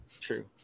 True